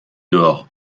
dehors